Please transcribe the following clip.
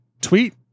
tweet